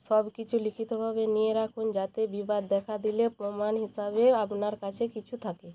সব কিছু লিখিতভাবে নিয়ে রাখুন যাতে বিবাদ দেখা দিলে প্রমাণ হিসাবে আপনার কাছে কিছু থাকে